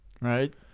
Right